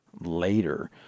later